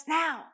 now